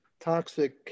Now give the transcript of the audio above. toxic